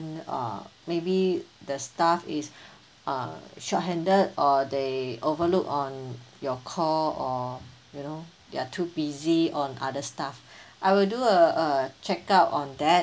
uh maybe the staff is uh short handed or they overlooked on your call or you know they're too busy on other stuff I will do a a check up on that